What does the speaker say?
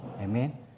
Amen